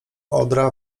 odra